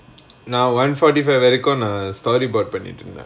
now one forty five வரைக்கும் நா:varaikum naa storyboard பண்ணிட்டு இருந்தா:pannittu irunthaa